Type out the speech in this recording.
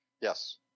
Yes